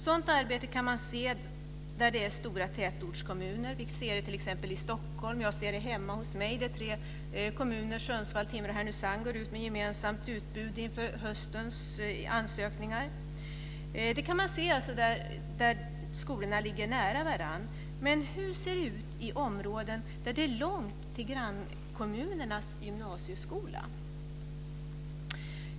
Sådant samarbete kan man se i stora tätortskommuner. Vi ser det t.ex. i Stockholm. Jag ser det hemma hos mig, där de tre kommunerna Sundsvall, Timrå och Härnösand går ut med gemensamt utbud inför höstens ansökningar. Man kan alltså se detta där skolorna ligger nära varandra. Men hur ser det ut i områden där det är långt till grannkommunernas gymnasieskolor?